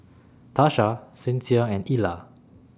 Tasha Sincere and Illa